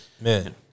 Man